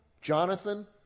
Jonathan